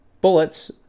bullets